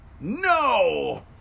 No